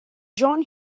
john